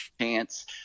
chance